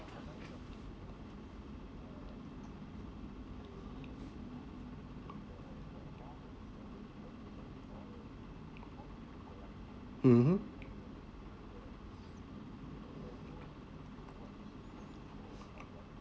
mmhmm